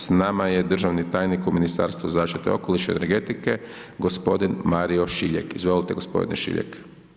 S nama je državni tajnik u Ministarstvu zaštite okoliša i energetike, gospodin Mario Šiljek, izvolite gospodine Šiljek.